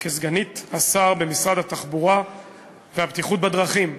כסגנית שר במשרד התחבורה והבטיחות בדרכים.